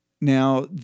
now